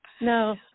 No